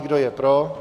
Kdo je pro?